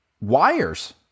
wires